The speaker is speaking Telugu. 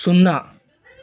సున్నా